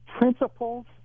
principles